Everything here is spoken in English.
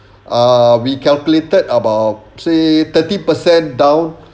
ah we calculated about say thirty percent down